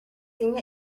seem